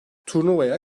turnuvaya